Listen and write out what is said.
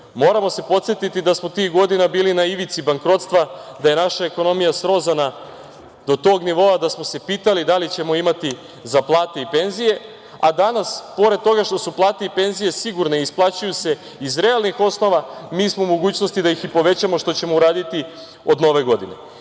se podsetiti da smo tih godina bili na ivici bankrotstva, da je naša ekonomija srozana do tog nivoa da smo se pitali da li ćemo imati za plate i penzije, a danas, pored toga što su plate i penzije sigurne i isplaćuju se iz realnih osnova, mi smo u mogućnosti i da ih povećamo, što ćemo i uraditi od Nove godine. Svi